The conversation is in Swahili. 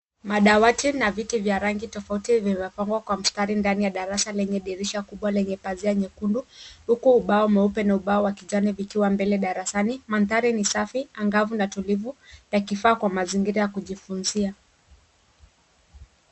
Madawati na viti vya rangi tofauti vimepangwa kwa mstari ndani ya darasa kubwa lenye pazia nyekundu huku ubao mweupe na ubao wa kijani vikiwa mbele darasani . Mandhari ni safi, angavu na tulivu yakifaa kwa kujifunzia.